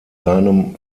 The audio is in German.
seinem